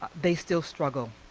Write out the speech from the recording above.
they still struggle.